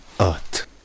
Earth